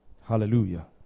Hallelujah